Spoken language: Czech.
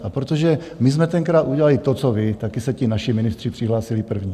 A protože my jsme tenkrát udělali to co vy, také se ti naši ministři přihlásili první.